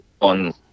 on